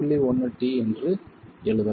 1 t என்று எழுதலாம்